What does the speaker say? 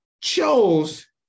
chose